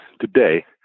today